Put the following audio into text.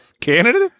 candidate